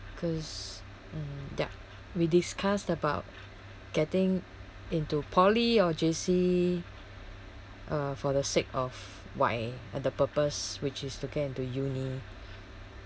cause mm ya we discussed about getting into poly or J_C uh for the sake of why and the purpose which is again to uni